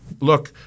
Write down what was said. look